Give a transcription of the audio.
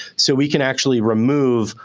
so we can actually remove,